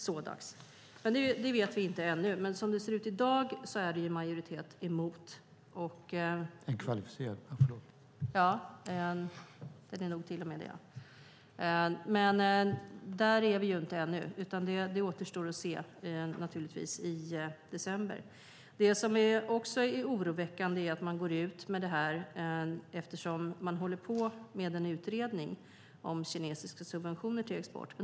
Som det ser ut i dag är det en majoritet emot - jag tror till och med en kvalificerad majoritet, men där är vi inte ännu. Det återstår att se hur det blir i december. Det är oroväckande att man går ut med detta samtidigt som det pågår en utredning om kinesiska subventioner till export.